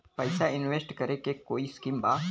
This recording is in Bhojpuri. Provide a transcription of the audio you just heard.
पैसा इंवेस्ट करे के कोई स्कीम बा?